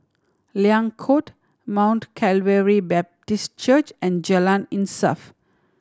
Liang Court Mount Calvary Baptist Church and Jalan Insaf